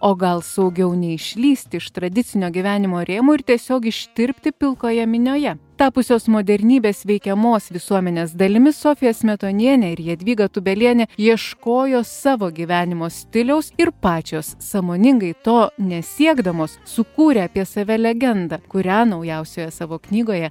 o gal saugiau neišlįst iš tradicinio gyvenimo rėmų ir tiesiog ištirpti pilkoje minioje tapusios modernybės veikiamos visuomenės dalimi sofija smetonienė ir jadvyga tūbelienė ieškojo savo gyvenimo stiliaus ir pačios sąmoningai to nesiekdamos sukūrė apie save legendą kurią naujausioje savo knygoje